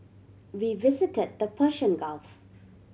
we visited the Persian Gulf